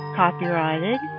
copyrighted